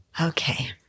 Okay